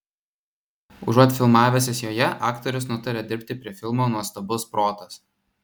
užuot filmavęsis joje aktorius nutarė dirbti prie filmo nuostabus protas